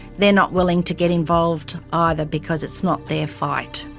they're not willing to get involved either because it's not their fight.